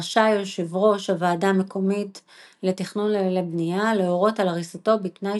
רשאי יושב ראש הוועדה מקומית לתכנון ולבנייה להורות על הריסתו בתנאי